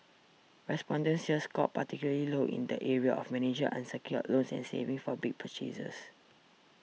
respondents here scored particularly low in the areas of managing unsecured loans and saving for big purchases